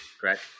correct